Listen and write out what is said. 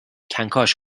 کنکاش